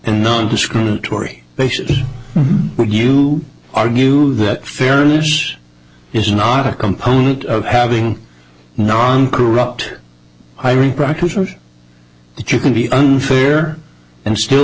and nondiscriminatory basis would you argue that fairness is not a component of having non corrupt hiring practices that you can be unfair and still